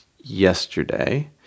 yesterday